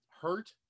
hurt